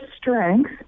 strength